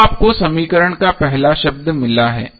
तो आपको समीकरण का पहला शब्द मिला है